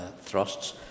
thrusts